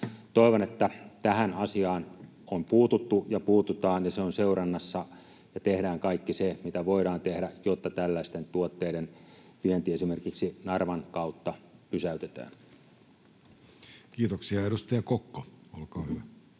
Toivon, että tähän asiaan on puututtu ja puututaan ja se on seurannassa ja tehdään kaikki se, mitä voidaan tehdä, jotta tällaisten tuotteiden vienti esimerkiksi Narvan kautta pysäytetään. Kiitoksia. — Edustaja Kokko, olkaa hyvä.